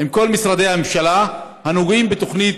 עם כל משרדי הממשלה הנוגעים בתוכנית